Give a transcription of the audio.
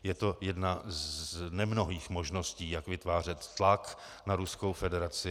Je to jedna z nemnohých možností, jak vytvářet tlak na Ruskou federaci.